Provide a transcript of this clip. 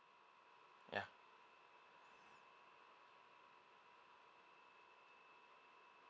yeah